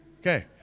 Okay